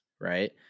right